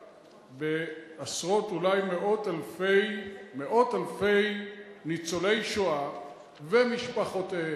בעשרות ואולי מאות אלפי ניצולי שואה ומשפחותיהם,